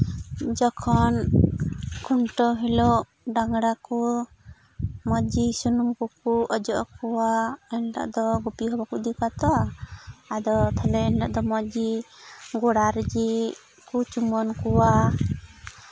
ᱡᱚᱠᱷᱚᱱ ᱠᱷᱩᱱᱴᱟᱹᱣ ᱦᱤᱞᱳᱜ ᱰᱟᱝᱨᱟ ᱠᱚ ᱢᱚᱡᱽ ᱜᱮ ᱥᱩᱱᱩᱢ ᱠᱚᱠᱚ ᱚᱡᱚᱜ ᱟᱠᱚᱣᱟ ᱮᱱᱦᱤᱞᱳᱜ ᱫᱚ ᱜᱩᱯᱤ ᱦᱚᱸ ᱵᱟᱠᱚ ᱤᱫᱤ ᱠᱚᱣᱟ ᱛᱚ ᱟᱫᱚ ᱛᱟᱦᱞᱮ ᱮᱱᱦᱤᱞᱳᱜ ᱫᱚ ᱢᱚᱡᱽ ᱜᱮ ᱜᱚᱲᱟ ᱨᱮᱜᱮ ᱠᱚ ᱪᱩᱢᱟᱹᱱ ᱠᱚᱣᱟ